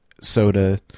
Soda